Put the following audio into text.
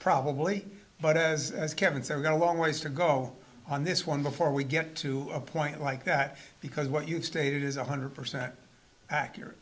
probably but as kevin said we got a long ways to go on this one before we get to a point like that because what you've stated is one hundred percent accurate